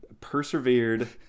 Persevered